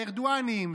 הארדואניים,